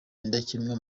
indakemwa